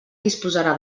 disposarà